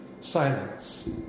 silence